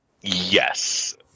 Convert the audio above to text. yes